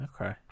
Okay